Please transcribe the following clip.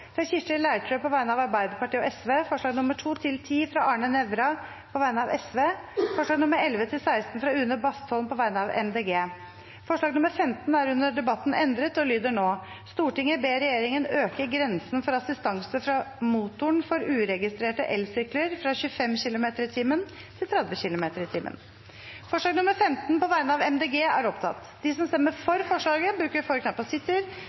fra Kirsti Leirtrø på vegne av Arbeiderpartiet og Sosialistisk Venstreparti forslagene nr. 2–10, fra Arne Nævra på vegne av Sosialistisk Venstreparti forslagene nr. 11–16, fra Une Bastholm på vegne av Miljøpartiet De Grønne Det voteres over forslag nr. 15, fra Miljøpartiet De Grønne. Forslaget lyder: «Stortinget ber regjeringen øke grensen for assistanse fra motoren for uregistrerte elsykler fra 25 km/t til 30 km/t.» Det voteres over forslag nr. 12, fra Miljøpartiet De Grønne. Forslaget lyder: «Stortinget ber regjeringen fremme forslag om å øke den statlige finansieringen av